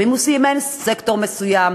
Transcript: גם אם הוא סימן סקטור מסוים